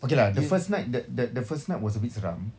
okay lah the first night the the the first night was a bit seram